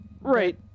right